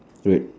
red